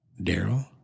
Daryl